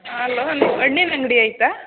hello ನಿಮ್ಮ ಹಣ್ಣಿನ್ ಅಂಗಡಿ ಐತಾ